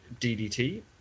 DDT